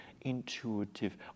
intuitive